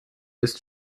ist